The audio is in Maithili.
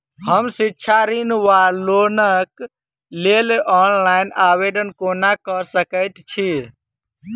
हम शिक्षा ऋण वा लोनक लेल ऑनलाइन आवेदन कोना कऽ सकैत छी?